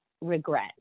regret